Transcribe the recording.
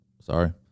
Sorry